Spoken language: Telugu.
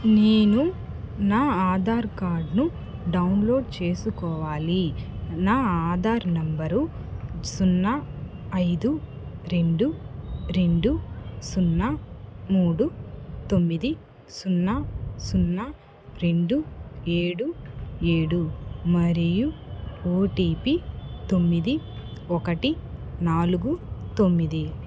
నేను నా ఆధార్కార్డ్ను డౌన్లోడ్ చేసుకోవాలి నా ఆధార్ నంబరు సున్నా ఐదు రెండు రెండు సున్నా మూడు తొమ్మిది సున్నా సున్నా రెండు ఏడు ఏడు మరియు ఓటీపి తొమ్మిది ఒకటి నాలుగు తొమ్మిది